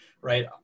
Right